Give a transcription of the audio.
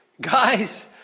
guys